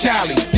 Cali